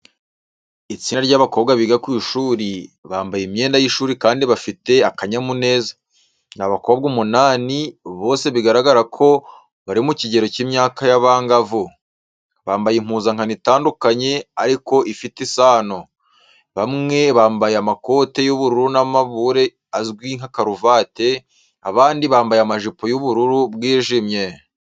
Itsinda ry’abakobwa biga ku ishuri, bambaye imyenda y’ishuri kandi bafite akanyamuneza. Ni abakobwa umunani, bose bigaragara ko bari mu kigero cy’imyaka y’abangavu. Bambaye impuzankano itandukanye ariko ifite isano, bamwe bambaye amakote y’ubururu n’amabure azwi nka karuvate, abandi bambaye amajipo y'ubururu bwijimye.